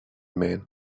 men